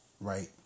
Right